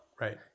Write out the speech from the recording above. Right